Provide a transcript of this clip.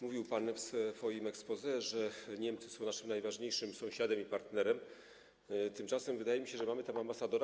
Mówił pan w swoim exposé, że Niemcy są naszym najważniejszym sąsiadem i partnerem, tymczasem wydaje mi się, że mamy tam ambasadora.